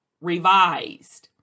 revised